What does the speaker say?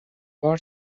بار